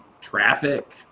traffic